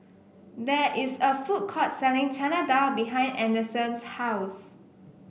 there is a food court selling Chana Dal behind Anderson's house